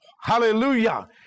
Hallelujah